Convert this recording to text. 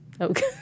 Okay